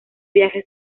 viaje